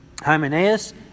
Hymenaeus